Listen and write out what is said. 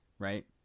Right